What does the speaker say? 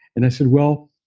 and i said, well,